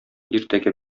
иртәгә